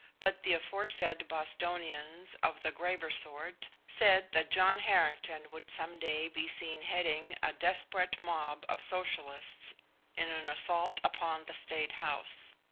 but the aforesaid bostonians of the graver sort said that john harrington would some day be seen heading a desperate mob of socialists in an assault upon the state house.